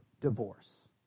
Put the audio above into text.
divorce